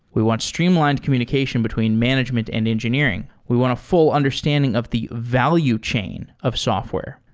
we want streamlined communication between management and engineering. we want a full understanding of the value chain of software.